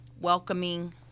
welcoming